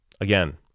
again